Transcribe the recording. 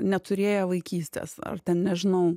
neturėję vaikystės ar ten nežinau